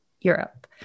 Europe